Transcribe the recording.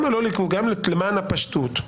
גם למען הפשטות,